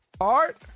Art